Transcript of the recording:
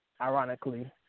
Ironically